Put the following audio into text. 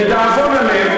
לדאבון הלב,